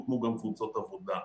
הוקמו גם קבוצות עבודה.